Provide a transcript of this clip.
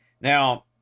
Now